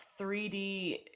3D